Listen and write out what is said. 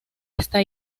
esta